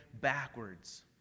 backwards